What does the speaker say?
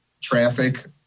traffic